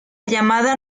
llamada